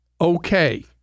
okay